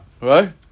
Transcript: Right